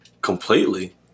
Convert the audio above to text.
completely